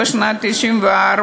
בשנת 1994,